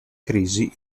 crisi